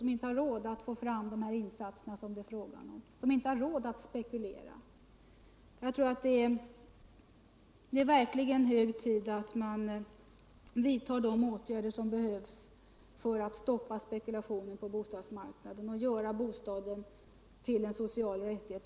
som inte kan få fram pengar till insatserna, som inte har råd att spekulera. Jag anser att det verkligen är hög tid att man vidtar de åtgärder som behövs för att stoppa spekulationen på bostadsmarknaden och göra bostaden till en social rättighet.